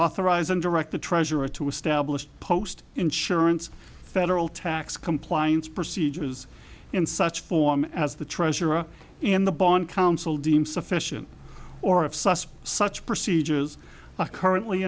authorize and direct the treasurer to establish post insurance federal tax compliance procedures in such form as the treasurer in the bond council deem sufficient or if sus such procedures are currently